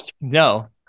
No